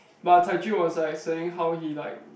but Tai-Jun was like saying how he like